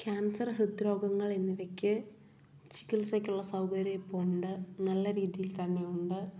cancer ഹൃദ്രോഗങ്ങൾ എന്നിവയ്ക്ക് ചികിത്സക്കുള്ള സൗകര്യം ഇപ്പോൾ ഉണ്ട് നല്ല രീതിയിൽ തന്നെ ഉണ്ട്